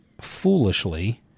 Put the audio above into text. foolishly